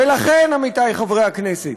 ולכן, עמיתי חברי הכנסת,